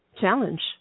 challenge